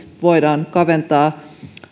voidaan kaventaa